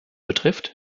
betrifft